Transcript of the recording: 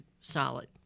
solid